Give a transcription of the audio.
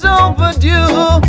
overdue